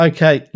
Okay